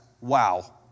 Wow